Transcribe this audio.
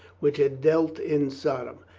which had dwelt in sodom,